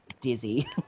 dizzy